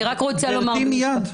גברתי, מיד.